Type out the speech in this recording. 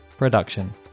Production